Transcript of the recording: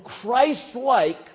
Christ-like